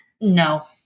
No